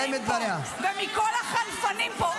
-- הפחדנים פה ומכל החנפנים פה,